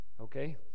Okay